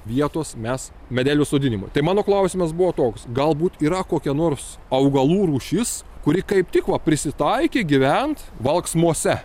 vietos mes medelių sodinimui tai mano klausimas buvo toks galbūt yra kokia nors augalų rūšis kuri kaip tik va prisitaikė gyvent valksmose